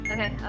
Okay